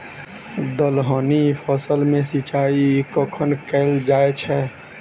दलहनी फसल मे सिंचाई कखन कैल जाय छै?